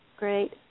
great